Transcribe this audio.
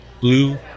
blue